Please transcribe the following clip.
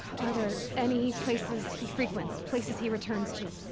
are there. any. places. he frequents? places he returns to?